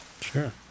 Sure